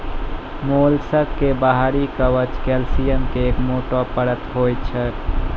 mollusc के बाहरी कवच कैल्सियम के एक मोटो परत होय छै